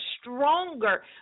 stronger